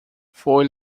foi